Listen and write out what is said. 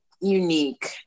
unique